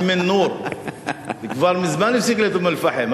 אום-אל-נור כבר מזמן הפסיק להיות אום-אל-פחם.